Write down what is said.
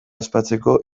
ospatzeko